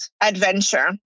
adventure